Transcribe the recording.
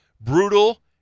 brutal